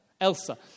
Elsa